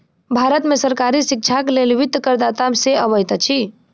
भारत में सरकारी शिक्षाक लेल वित्त करदाता से अबैत अछि